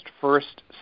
first